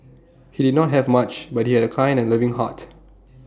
he did not have much but he had A kind and loving heart